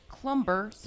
clumber